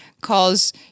calls